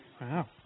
Wow